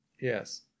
Yes